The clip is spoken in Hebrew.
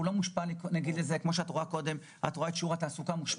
אבל הוא לא מושפע כמו שיעור התעסוקה למשל,